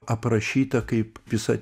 aprašyta kaip visa